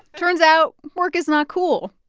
turns out work is not cool,